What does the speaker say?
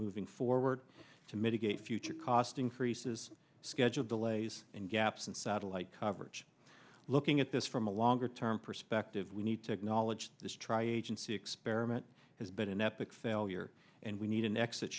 moving forward to mitigate future cost increases scheduled delays and gaps and satellite coverage looking at this from a longer term perspective we need to acknowledge this tri agency experiment has been an epic failure and we need an exit